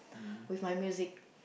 with my music